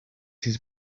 his